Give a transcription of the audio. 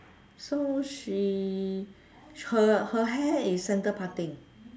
so she her her hair is centre parting